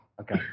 Okay